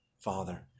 Father